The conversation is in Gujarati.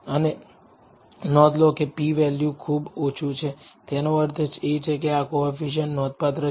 અને નોંધ લો કે p વેલ્યુ ખૂબ ઓછું છે તેનો અર્થ એ કે આ કોએફીસીએંટ નોંધપાત્ર છે